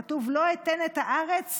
כתוב: לו אתן את הארץ